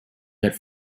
that